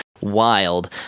wild